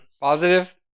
Positive